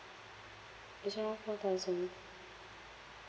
is around one thousand